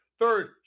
Third